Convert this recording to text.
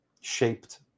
shaped